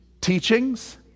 Teachings